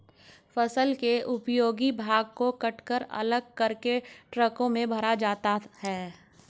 फसल के उपयोगी भाग को कटकर अलग करके ट्रकों में भरा जाता है